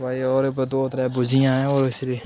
भी होर दो त्रै बूजियां न और इसी भी